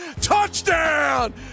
Touchdown